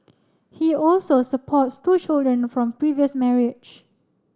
he also supports two children from previous marriage